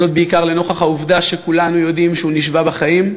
וזאת בעיקר לנוכח העובדה שכולנו יודעים שהוא נשבה בחיים.